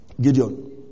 Gideon